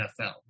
NFL